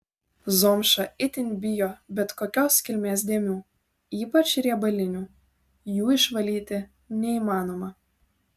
zomša itin bijo bet kokios kilmės dėmių ypač riebalinių jų išvalyti neįmanoma